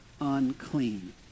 unclean